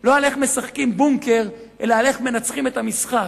לא איך משחקים "בונקר", אלא איך מנצחים את המשחק.